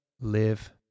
live